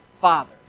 father